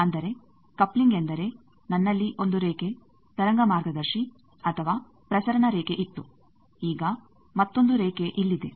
ಅಂದರೆ ಕಪ್ಲಿಂಗ್ ಎಂದರೆ ನನ್ನಲ್ಲಿ ಒಂದು ರೇಖೆ ತರಂಗ ಮಾರ್ಗದರ್ಶಿ ಅಥವಾ ಪ್ರಸರಣ ರೇಖೆ ಇತ್ತು ಈಗ ಮತ್ತೊಂದು ರೇಖೆ ಇಲ್ಲಿದೆ